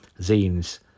Zines